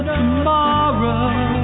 tomorrow